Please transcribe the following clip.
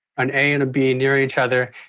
an a and a b near each other,